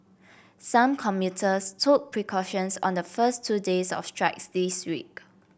some commuters took precautions on the first two days of strikes this week